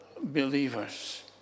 believers